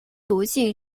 毒性